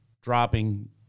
dropping –